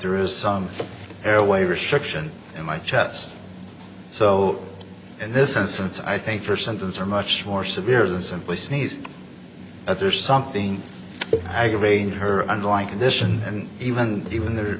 there is some airway restriction in my chest so in this instance i think first sentence are much more severe than simply sneeze but there's something aggravating her underlying condition and even even the